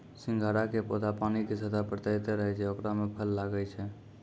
सिंघाड़ा के पौधा पानी के सतह पर तैरते रहै छै ओकरे मॅ फल लागै छै